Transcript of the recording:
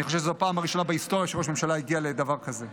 אני חושב שזו הפעם הראשונה בהיסטוריה שראש ממשלה הגיע לדבר כזה,